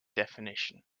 definition